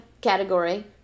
category